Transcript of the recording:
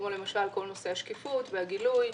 כמו למשל כל נושא השקיפות והגילוי,